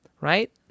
Right